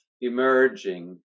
emerging